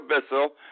Bissell